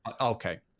okay